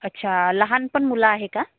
अच्छा लहान पण मुलं आहे का